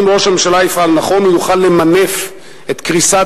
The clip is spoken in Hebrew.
אם ראש הממשלה יפעל נכון הוא יוכל למנף את קריסת